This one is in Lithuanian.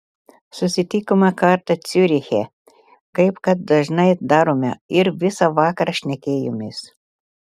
susitikome kartą ciuriche kaip kad dažnai darome ir visą vakarą šnekėjomės